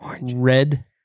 red